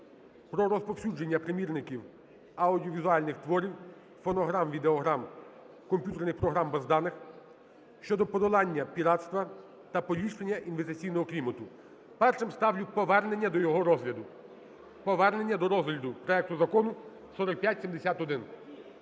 "Про розповсюдження примірників аудіовізуальних творів, фонограм, відеограм, комп'ютерних програм, баз даних" (щодо подолання піратства та поліпшення інвестиційного клімату). Першим ставлю повернення до його розгляду. Повернення до розгляду проекту Закону 4571.